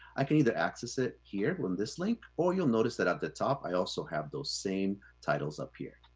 i can either access it here on this link, or you'll notice that at the top, i also have those same titles up here.